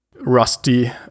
rusty